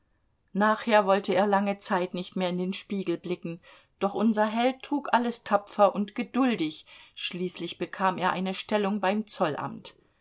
nachher wollte er lange zeit nicht mehr in den spiegel blicken doch unser held trug alles tapfer und geduldig schließlich bekam er eine stellung beim zollamt